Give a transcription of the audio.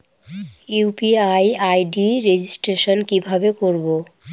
UPI ID registration কিভাবে করব?